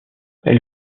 elle